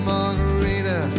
Margarita